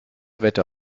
wette